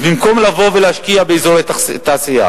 אז במקום לבוא ולהשקיע באזורי תעשייה